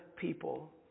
people